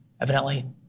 evidently